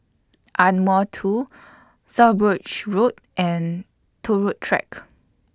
Ardmore two South Bridge Road and Turut Track